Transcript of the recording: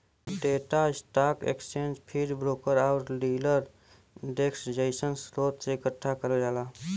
data stock exchange feed, broker आउर dealer desk जइसन स्रोत से एकठ्ठा करल जाला